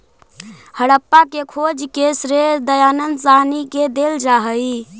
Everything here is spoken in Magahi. हड़प्पा के खोज के श्रेय दयानन्द साहनी के देल जा हई